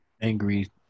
Angry